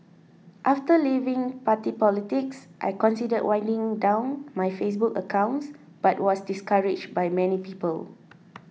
after leaving party politics I considered winding down my Facebook accounts but was discouraged by many people